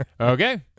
Okay